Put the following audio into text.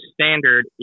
standard